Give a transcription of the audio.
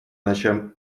ночам